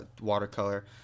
watercolor